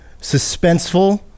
suspenseful